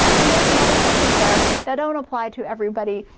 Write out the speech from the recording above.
and there's some other questions there that don't apply to everybody,